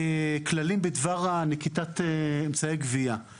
כללים בדבר נקיטת אמצעי גבייה.